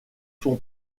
son